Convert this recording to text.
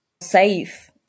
safe